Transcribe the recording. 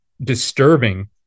disturbing